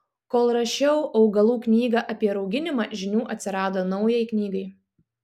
kol rašiau augalų knygą apie rauginimą žinių atsirado naujai knygai